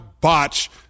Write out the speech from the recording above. botch